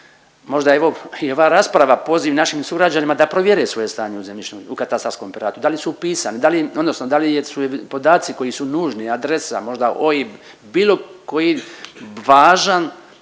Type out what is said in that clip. Možda evo i ova rasprava poziv našim sugrađanima da provjere svoje stanje u katastarskom aparatu, da li su upisani odnosno da li su podaci koji su nužni adresa, možda OIB bilo koji važan